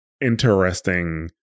interesting